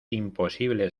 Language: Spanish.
imposible